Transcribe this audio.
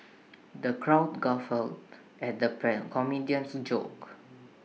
the crowd guffawed at the comedian's jokes